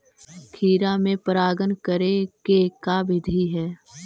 खिरा मे परागण करे के का बिधि है?